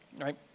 right